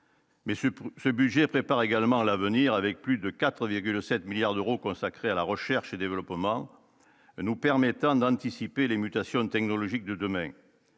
ce budget préparent également l'avenir avec plus de 4,7 milliards d'euros consacrés à la recherche et développement, nous permettant d'anticiper les mutations technologiques de demain,